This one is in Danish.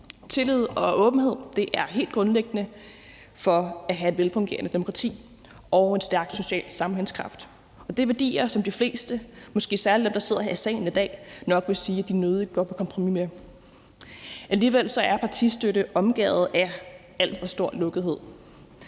Tillid og åbenhed er helt grundlæggende for at have et velfungerende demokrati og en stærk social sammenhængskraft. Det er værdier, som de fleste, måske særlig dem, der sidder her i salen her i dag, nok vil sige at de nødigt går på kompromis med. Alligevel er partistøtte omgærdet af al for stor lukkethed.